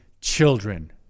children